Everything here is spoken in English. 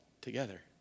together